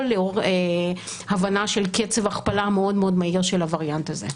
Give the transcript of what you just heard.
לאור הבנה של קצב הכפלה מאוד מאוד מהיר של הווריאנט הזה.